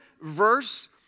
verse